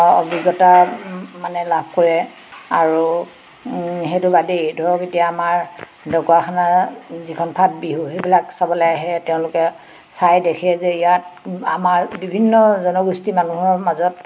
অভিজ্ঞতা মানে লাভ কৰে আৰু সেইটো বাদেই ধৰক এতিয়া আমাৰ ঢকুৱাখানাৰ যিখন ফাট বিহু সেইবিলাক চাবলে আহে তেওঁলোকে চাই দেখে যে ইয়াত আমাৰ বিভিন্ন জনগোষ্ঠীৰ মানুহৰ মাজত